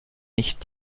nicht